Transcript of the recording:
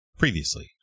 Previously